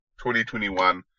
2021